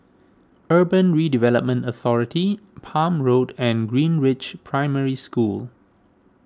Urban Redevelopment Authority Palm Road and Greenridge Primary School